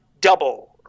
double